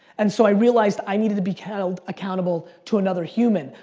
and so i realized i needed to be held accountable to another human.